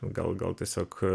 gal gal tiesiog